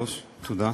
היושבת-ראש, תודה,